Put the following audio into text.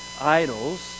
idols